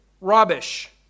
Rubbish